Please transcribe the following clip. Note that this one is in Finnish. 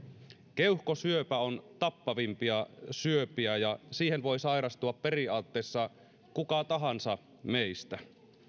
keuhkosyöpä on tappavimpia syöpiä ja siihen voi sairastua periaatteessa kuka tahansa meistä